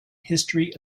history